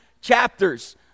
chapters